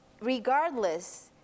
regardless